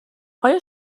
آیا